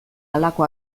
halako